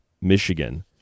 Michigan